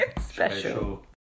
Special